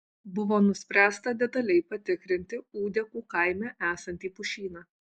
buvo nuspręsta detaliai patikrinti ūdekų kaime esantį pušyną